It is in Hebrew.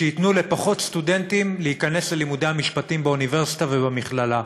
שייתנו לפחות סטודנטים להיכנס ללימודי המשפטים באוניברסיטה ובמכללה,